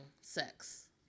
sex